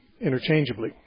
interchangeably